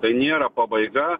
tai nėra pabaiga